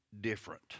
different